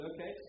Okay